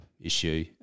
issue